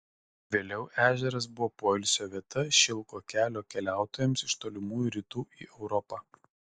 vėliau ežeras buvo poilsio vieta šilko kelio keliautojams iš tolimųjų rytų į europą